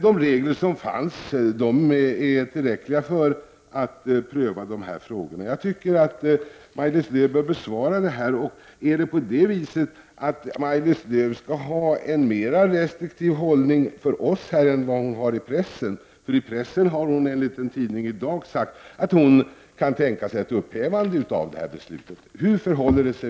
De regler som fanns är tillräckliga för att pröva frågan. Jag tycker att Maj Lis Lööw bör lämna ett svar. Är det så att Maj-Lis Lööw skall ha en mera restriktiv hållning gentemot oss än vad gäller pressen? I pressen har hon nämligen enligt en tidning i dag sagt att hon kan tänka sig rent av att upphäva beslutet. Hur förhåller det sig?